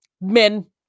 men